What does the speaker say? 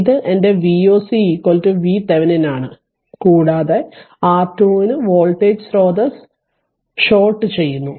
അതിനാൽ ഇത് എൻ്റെ Voc VThevenin ആണ് കൂടാതെ R2 ന് വോൾട്ടേജ് സ്രോതസ്സ് ഷോർട്ട് ചെയ്യുന്നു